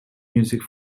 music